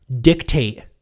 dictate